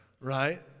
Right